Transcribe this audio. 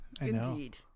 Indeed